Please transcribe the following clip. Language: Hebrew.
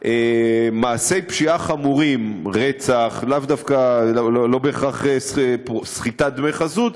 מעשי פשיעה חמורים, רצח, לא בהכרח סחיטת דמי חסות,